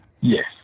Yes